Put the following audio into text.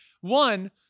One